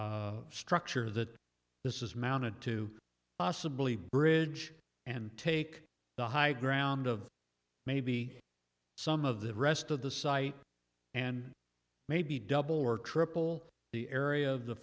that structure that this is mounted to possibly bridge and take the high ground of maybe some of the rest of the site and maybe double or triple the area of the